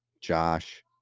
josh